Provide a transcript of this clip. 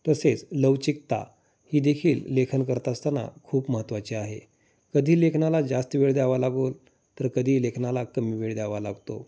तसेच लवचिकता ही देखील लेखन करत असताना खूप महत्त्वाची आहे कधी लेखनाला जास्त वेळ द्यावा लागेल तर कधी लेखनाला कमी वेळ द्यावा लागतो